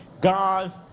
God